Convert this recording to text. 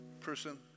person